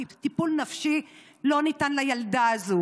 כי טיפול נפשי לא ניתן לילדה הזו.